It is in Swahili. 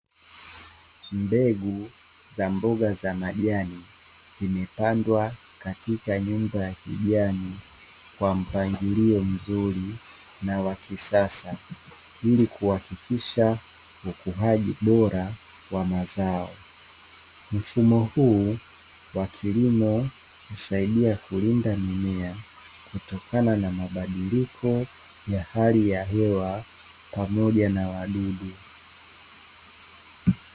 Mbegu za mboga za majani zimepandwa katika nyumba ya kijani kwa mpangilio mzuri na wa kisasa, ili kuhakikisha ukuaji bora kwa mazao ,mfumo huu wa kilimo husaidia kulinda mimea kutokana na mabadiliko ya hali ya hewa pamoja na wadadu.